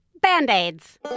Band-Aids